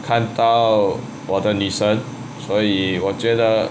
看到我的女神所以我觉得